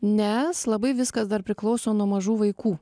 nes labai viskas dar priklauso nuo mažų vaikų